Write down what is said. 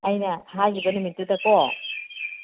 ꯑꯩꯅ ꯍꯥꯏꯒꯤꯕ ꯅꯨꯃꯤꯠꯇꯨꯗꯀꯣ